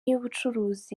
y’ubucuruzi